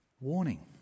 Warning